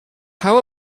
how